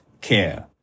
care